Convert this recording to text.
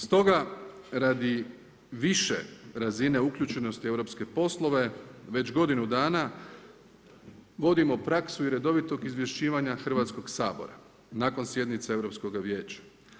Stoga, radi više razine uključenosti u europske poslove, već godinu dana i redovitog izvješćivanja Hrvatskog sabora, nakon sjednice Europskoga vijeća.